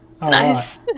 Nice